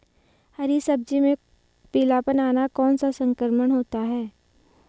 हरी सब्जी में पीलापन आना कौन सा संक्रमण होता है?